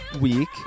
week